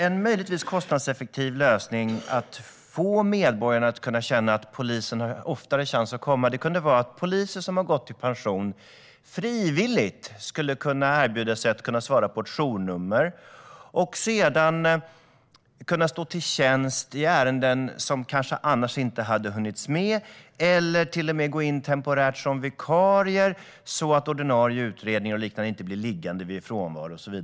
En möjligtvis kostnadseffektiv lösning att få medborgarna att känna att polisen oftare har chans att komma kunde vara att poliser som har gått i pension frivilligt skulle kunna erbjuda sig att svara på ett journummer och stå till tjänst i ärenden som annars kanske inte skulle hinnas med. De skulle till och med kunna gå in temporärt som vikarier så att ordinarie utredningar och liknande inte blir liggande vid frånvaro.